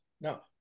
no